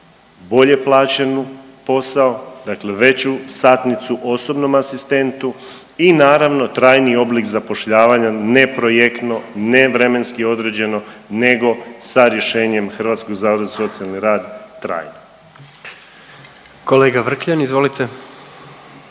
bolje plaćeni posao, dakle veću satnicu osobnom asistentu i naravno trajni oblik zapošljavanja ne projektno, ne vremenski određeno nego sa rješenjem Hrvatskog zavoda za socijalni rad trajno. **Jandroković, Gordan